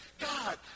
God